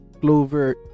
clover